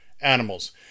animals